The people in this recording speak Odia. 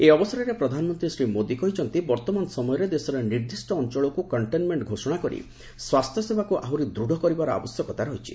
ଏହି ଅବସରରେ ପ୍ରଧାନମନ୍ତ୍ରୀ ଶ୍ରୀ ମୋଦୀ କହିଛନ୍ତି ବର୍ତ୍ତମାନ ସମୟରେ ଦେଶରେ ନିର୍ଦ୍ଦିଷ୍ଟ ଅଞ୍ଚଳକୁ କଣ୍ଟେନ୍ମେଣ୍ଟ ଘୋଷଣା କରି ସ୍ୱାସ୍ଥ୍ୟ ସେବାକୁ ଆହୁରି ଦୃଢ଼ କରିବାର ଆବଶ୍ୟକତା ରହିଛି